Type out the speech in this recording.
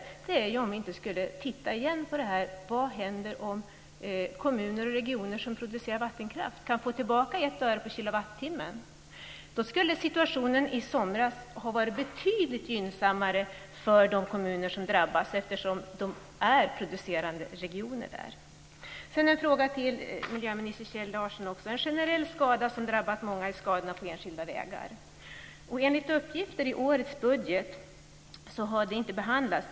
Frågan är om vi inte återigen ska gå igenom vad som händer om kommuner och regioner som producerar vattenkraft skulle få tillbaka 1 öre per kilowattimme. Då skulle situationen i somras ha varit betydligt gynnsammare för de kommuner som drabbas, eftersom dessa tillhör producerande regioner där uppe. Larsson. Något som generellt har drabbat många är skador på enskilda vägar. Enligt uppgifter i årets budget har detta inte behandlats.